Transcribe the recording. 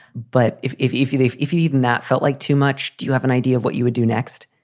but if if if you if if you even that felt like too much. do you have an idea of what you would do next?